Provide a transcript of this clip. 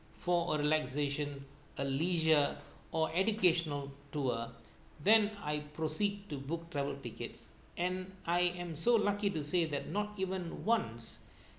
for a relaxation a leisure or educational tour then I proceed to book travel tickets and I am so lucky to say that not even once